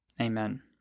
Amen